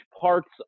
parts